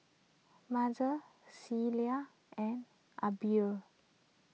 Mazie Celia and Aubrie